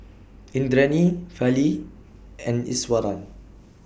Indranee Fali and Iswaran